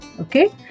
Okay